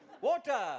Water